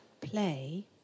play